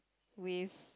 with